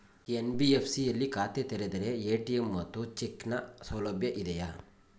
NBFC ಯಲ್ಲಿ ಖಾತೆ ತೆರೆದರೆ ಎ.ಟಿ.ಎಂ ಮತ್ತು ಚೆಕ್ ನ ಸೌಲಭ್ಯ ಇದೆಯಾ?